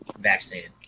vaccinated